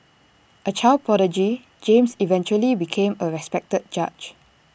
A child prodigy James eventually became A respected judge